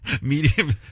Medium